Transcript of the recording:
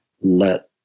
let